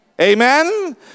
Amen